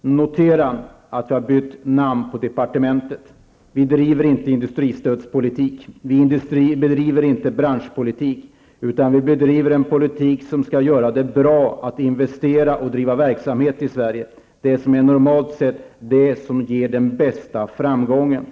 notera att vi har bytt namn på departementet. Vi bedriver inte industristödspolitik, vi bedriver inte branschpolitik, utan vi bedriver en politik som skall göra det bra att investera och driva verksamhet i Sverige. Det är normalt sett det som ger den största framgången.